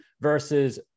versus